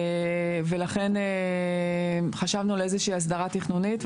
ולכן חשבנו על איזושהי הסדרה תכנונית,